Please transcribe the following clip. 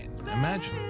Imagine